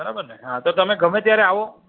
બરાબર ને હા તો તમે ગમે ત્યારે આવો